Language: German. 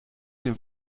dem